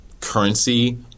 currency